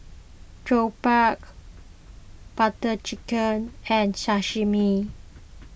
Jokbal Butter Chicken and Sashimi